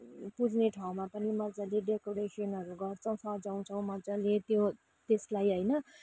पुज्ने ठाउँमा पनि मजाले डेकोरेसनहरू गर्छौँ सजाउँछौँ मजाले त्यो त्यसलाई होइन